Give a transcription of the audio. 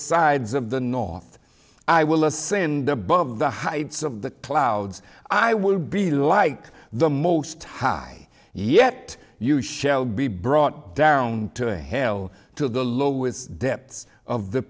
sides of the north i will ascend above the heights of the clouds i will be like the most high yet you shall be brought down to hell to the lowest depths of the